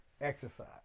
exercise